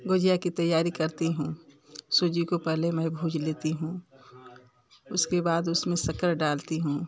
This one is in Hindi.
गुजिया कि तैयारी करती हूँ सूजी को पहले मैं भून लेती हूँ उसके बाद उसमें शक्कर डालती हूँ